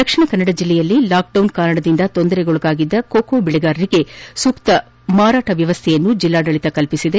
ದಕ್ಷಿಣ ಕನ್ನಡ ಜಿಲ್ಲೆಯಲ್ಲಿ ಲಾಕ್ಡೌನ್ ಕಾರಣದಿಂದ ತೊಂದರೆಗೀಡಾಗಿದ್ದ ಕೊಕೊ ಬೆಳೆಗಾರರಿಗೆ ಸೂಕ್ತ ಮಾರಾಟ ವ್ಯವಸ್ಥೆಯನ್ನು ಜಿಲ್ಲಾಡಳಿತ ಕಲ್ಪಿಸಿದೆ